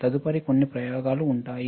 తదుపరి కొన్ని ప్రయోగాలు ఉంటాయి